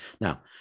Now